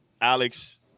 Alex